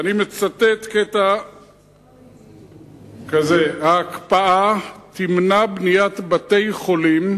אני מצטט קטע כזה: ההקפאה תמנע בניית בתי-חולים,